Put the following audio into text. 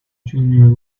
junior